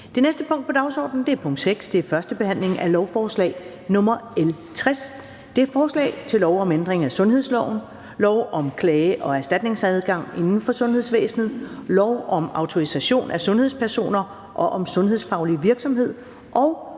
Det næste punkt på dagsordenen er: 6) 1. behandling af lovforslag nr. L 60: Forslag til lov om ændring af sundhedsloven, lov om klage- og erstatningsadgang inden for sundhedsvæsenet, lov om autorisation af sundhedspersoner og om sundhedsfaglig virksomhed og